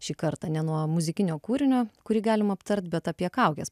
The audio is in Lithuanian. šį kartą ne nuo muzikinio kūrinio kurį galim aptart bet apie kaukes